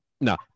No